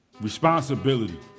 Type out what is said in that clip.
responsibility